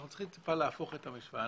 אנחנו צריכים טיפה להפוך את המשוואה.